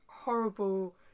horrible